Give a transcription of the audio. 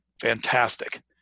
fantastic